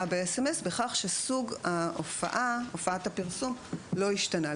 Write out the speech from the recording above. במסרון בכך שסוג הופעת הפרסום לא השתנה.